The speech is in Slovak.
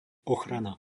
ochrana